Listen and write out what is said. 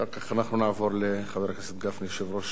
ברכות ליושב-ראש